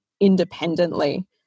independently